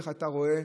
למדתי איך אתה רואה,